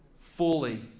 Fully